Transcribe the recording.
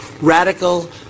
radical